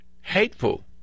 hateful